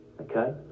Okay